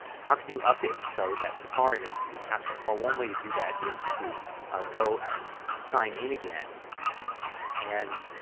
how can you update it so that safari knows the new password? well one way to do that is to go and sign in again and